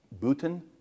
Bhutan